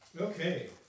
Okay